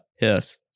yes